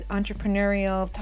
entrepreneurial